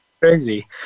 Crazy